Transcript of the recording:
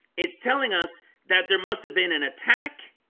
it's telling us that there must have been an attack